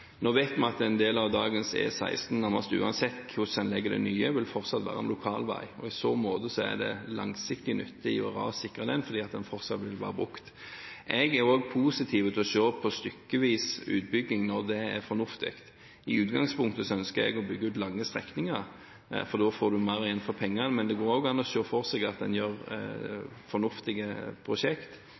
Nå vet vi at en del av dagens E16, nærmest uansett hvordan en legger den nye, fortsatt vil være en lokalvei. I så måte er det langsiktig nytte i å rassikre den, fordi den fortsatt vil være brukt. Jeg er også positiv til å se på stykkevis utbygging når det er fornuftig. I utgangspunktet ønsker jeg å bygge ut lange strekninger, for da får en mer igjen for pengene, men det går også an å se for seg at en gjør fornuftige